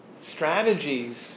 strategies